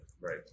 Right